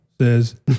says